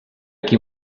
qui